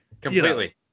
completely